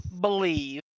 believe